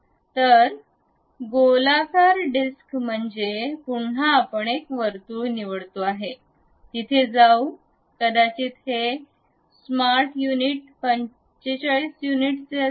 तर एक गोलाकार डिस्क म्हणजे पुन्हा आपण एक वर्तुळ निवडतो तिथे जाऊ कदाचित हे स्मार्ट युनिट 45 युनिट्सचे असेल